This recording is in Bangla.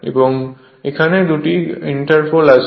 এবং এখানে দুটি ইন্টারপোল আছে